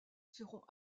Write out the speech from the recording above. seront